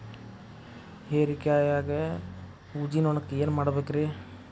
ಹೇರಿಕಾಯಾಗ ಊಜಿ ನೋಣಕ್ಕ ಏನ್ ಮಾಡಬೇಕ್ರೇ?